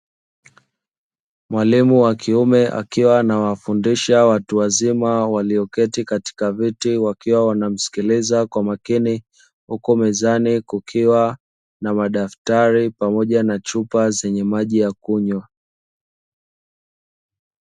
Mwalimu wa kiume akiwa anawafundisha watu wazima walioketi katika viti wakiwa wanamsikiliza kwa makini, huku mezani kukiwa na madaftari pamoja na chupa zenye maji ya kunywa.